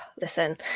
listen